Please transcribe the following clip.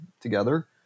together